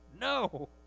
No